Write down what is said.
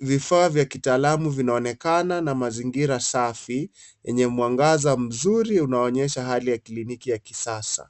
Vifaa vya kitaalam vinaonekana na mazingira safi yenye mwangaza mzuri unaonyesha hali ya kliniki ya kisasa.